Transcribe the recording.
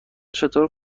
چطور